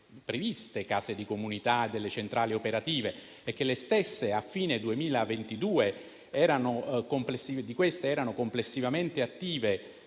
previste case di comunità e delle centrali operative; che, a fine 2022, di queste erano complessivamente attive,